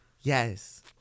Yes